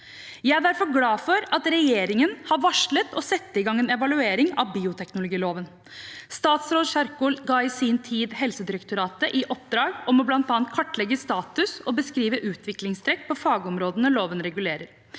Jeg er derfor glad for at regjeringen har varslet å sette i gang en evaluering av bioteknologiloven. Tidligere statsråd Kjerkol ga i sin tid Helsedirektoratet i oppdrag bl.a. å kartlegge status og beskrive utviklingstrekk på fagområdene loven regulerer.